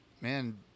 man